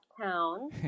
town